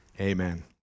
amen